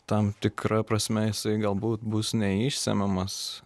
tam tikra prasme galbūt bus neišsemiamas